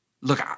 look